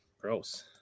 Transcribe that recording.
gross